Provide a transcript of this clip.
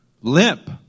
limp